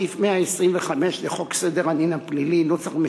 בסעיף 125 לחוק סדר הדין הפלילי ,